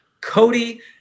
Cody